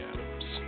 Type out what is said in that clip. Adams